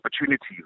opportunities